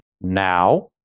now